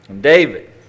David